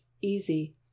easy